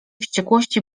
wściekłości